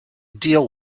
deal